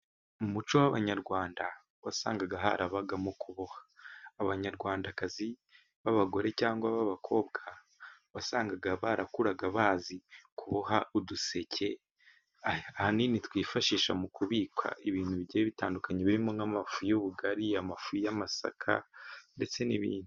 Mu muco w'Abanyarwanda, wasangaga harabagamo kuboha, Abanyarwandakazi b'abagore cyangwa b'abakobwa wasangaga barakuraga bazi kuboha uduseke, ahanini twifashishwa mu kubika ibintu bigiye bitandukanye, birimo nk'amafu y'ubugari amafu y'amasaka ndetse n'ibindi.